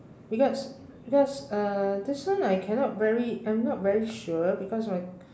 because because uh this one I cannot very I'm not very sure because my